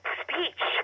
speech